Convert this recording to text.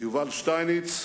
יובל שטייניץ,